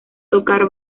tocar